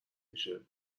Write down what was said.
میشه